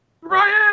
Ryan